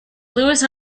louis